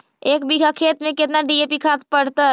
एक बिघा खेत में केतना डी.ए.पी खाद पड़तै?